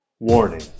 Warning